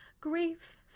Grief